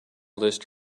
list